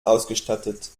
ausgestattet